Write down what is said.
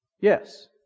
yes